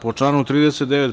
Po članu 39.